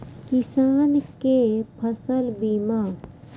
किसान कै फसल बीमा?